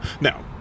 Now